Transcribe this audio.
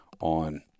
on